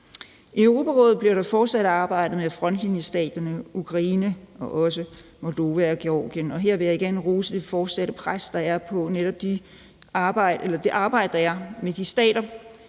I Europarådet bliver der fortsat arbejdet med frontlinjestaterne Ukraine og også Moldova og Georgien. Og her vil jeg igen rose det arbejde, der er med de stater.